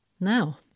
Now